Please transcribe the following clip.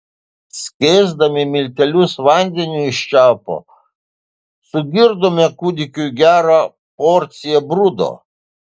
skiesdami miltelius vandeniu iš čiaupo sugirdome kūdikiui gerą porciją brudo